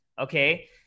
Okay